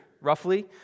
roughly